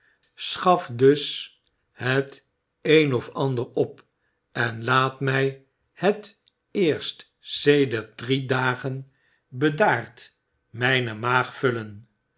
schaf dus het een of ander op en laat mij het eerst sedert drie dagen bedaard mijne maag vulen